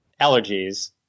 Allergies